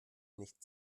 nicht